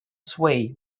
sway